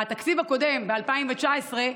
בתקציב הקודם, ב-2019,